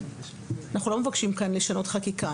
אנחנו לא מבקשים כאן לשנות חקיקה,